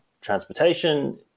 transportation